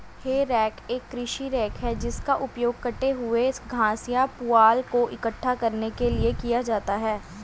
हे rake एक कृषि rake है जिसका उपयोग कटे हुए घास या पुआल को इकट्ठा करने के लिए किया जाता है